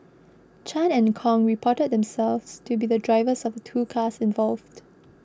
Chan and Kong reported themselves to be drivers of the two cars involved